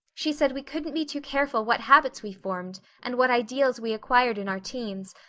she said we couldn't be too careful what habits we formed and what ideals we acquired in our teens,